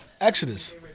exodus